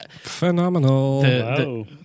Phenomenal